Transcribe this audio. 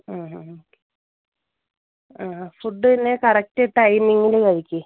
ആ ഹാ ഹാ ആ ഹാ ഫുഡ് പിന്നെ കറക്റ്റ് ടൈമിങ്ങിൽ കഴിക്ക്